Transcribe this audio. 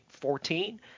14